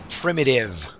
primitive